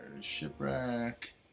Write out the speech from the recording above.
shipwreck